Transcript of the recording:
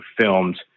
filmed